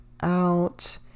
out